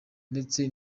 ndetse